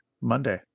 Monday